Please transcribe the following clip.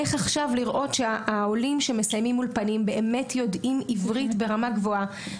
איך לראות שהעולים שמסיימים אולפנים באמת יודעים עברית ברמה גבוהה.